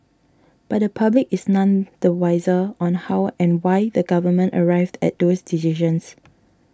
but the public is none the wiser on how and why the Government arrived at those decisions